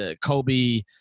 Kobe